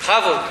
בכבוד.